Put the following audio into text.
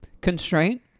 Constraint